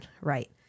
right